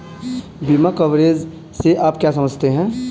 बीमा कवरेज से आप क्या समझते हैं?